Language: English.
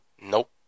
Nope